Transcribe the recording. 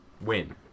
win